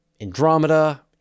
Andromeda